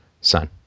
son